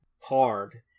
hard